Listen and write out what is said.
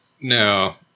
no